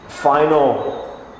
Final